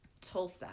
Tulsa